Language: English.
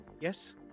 Yes